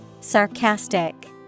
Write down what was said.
Sarcastic